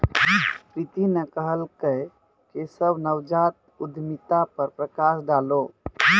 प्रीति न कहलकै केशव नवजात उद्यमिता पर प्रकाश डालौ